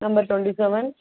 number twenty seven